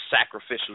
sacrificial